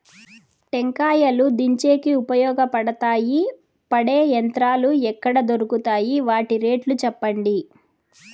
టెంకాయలు దించేకి ఉపయోగపడతాయి పడే యంత్రాలు ఎక్కడ దొరుకుతాయి? వాటి రేట్లు చెప్పండి?